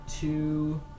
two